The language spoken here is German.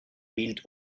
bild